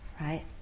right